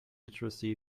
literacy